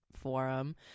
forum